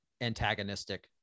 antagonistic